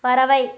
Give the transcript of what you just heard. பறவை